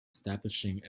establishing